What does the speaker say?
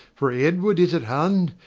for edward is at hand,